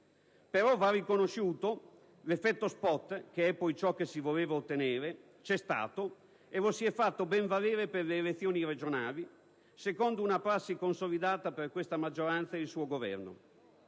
Però va riconosciuto l'effetto spot, che è poi ciò che si voleva ottenere: ebbene, c'è stato e lo si è fatto ben valere per le elezioni regionali, secondo una prassi consolidata per questa maggioranza e il suo Governo.